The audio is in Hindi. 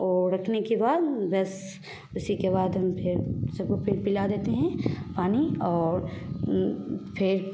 वो रखने बाद बस उसी के बाद हम फिर सब को फिर पिला देते हैं पानी और फिर